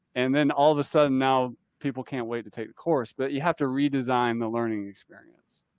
and then all of a sudden now people can't wait to take the course, but you have to redesign the learning experience,